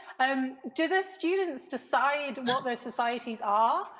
um, do the students decide what their societies are?